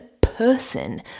person